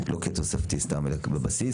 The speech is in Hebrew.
לא כתוספתי סתם, אלא בבסיס.